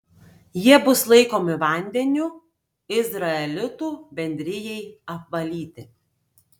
jie bus laikomi vandeniu izraelitų bendrijai apvalyti